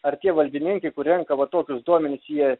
ar tie valdininkai kur renka va tokius duomenis jie